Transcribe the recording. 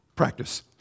Practice